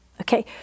Okay